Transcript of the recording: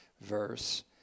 verse